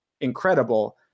incredible